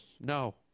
No